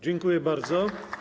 Dziękuję bardzo.